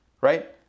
right